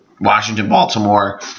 Washington-Baltimore